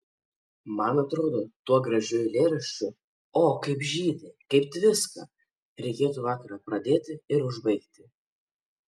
man atrodo tuo gražiu eilėraščiu o kaip žydi kaip tviska reikėtų vakarą pradėti ir užbaigti